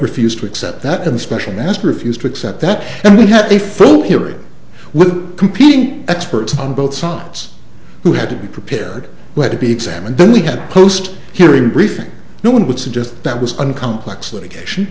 refused to accept that in the special master refused to accept that and we had a full hearing with competing experts on both sides who had to be prepared who had to be examined then we had a post hearing briefing no one would suggest that was one complex litigation